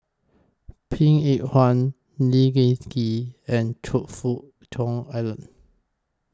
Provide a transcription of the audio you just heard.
Png Eng Huat Lee Seng Gee and Choe Fook Cheong Alan